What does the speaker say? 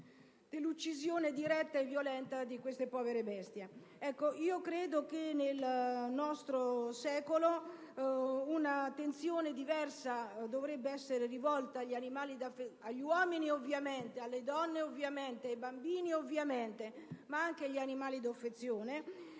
dell'uccisione diretta e violenta di queste povere bestie. Credo che nel nostro secolo un'attenzione diversa dovrebbe essere rivolta agli uomini, alle donne e ai bambini, ovviamente, ma anche agli animali d'affezione,